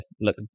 look